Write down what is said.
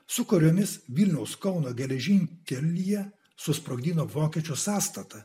su kuriomis vilniaus kauno geležinkelyje susprogdino vokiečių sąstatą